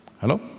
Hello